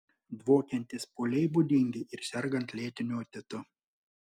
dvokiantys pūliai būdingi ir sergant lėtiniu otitu